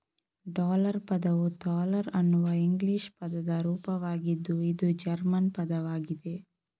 dollar ಪದವು thaler ಅನ್ನುವ English ಪದದ ರೂಪವಾಗಿದ್ದು ಇದು ಜರ್ಮನ್ ಪದವಾಗಿದೆ